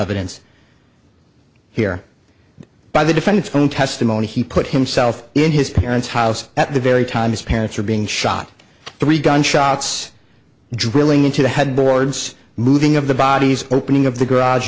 evidence here by the defendant's own testimony he put himself in his parent's house at the very time his parents were being shot three gunshots drilling into the head boards moving of the bodies opening of the garage